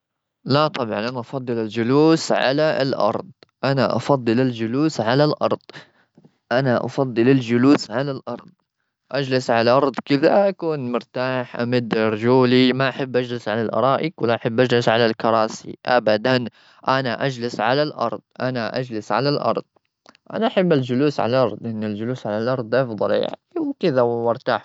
لا طبعا، أنا أفضل الجلوس على الأرض. أنا أفضل الجلوس على الأرض-أنا أفضل الجلوس على الأرض. أجلس على الأرض كذا، أكون مرتاح أمد رجولي. ما أحب أجلس على الأرائك، ولا أحب أجلس على الكراسي. أبدا، أنا أجلس على الأرض-أنا أحب الجلوس على الأرض؛ لأن الجلوس على الأرض ده افضل يعني وكذا، وأرتاح.